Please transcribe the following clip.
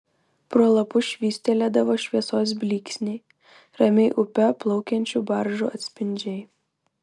pro lapus švystelėdavo šviesos blyksniai ramiai upe plaukiančių baržų atspindžiai